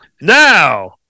Now